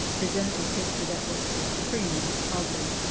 presented a picture that was supremely ugly.